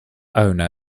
owner